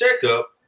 checkup